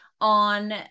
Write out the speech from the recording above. on